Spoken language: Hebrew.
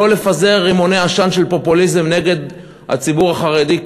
לא לפזר רימוני עשן של פופוליזם נגד הציבור החרדי,